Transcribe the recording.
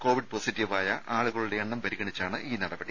Covid പോസിറ്റീവായ ആളുകളുടെ എണ്ണം പരിഗണിച്ചാണ് ഈ നടപടി